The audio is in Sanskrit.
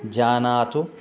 जानातु